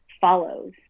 follows